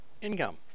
income